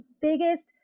biggest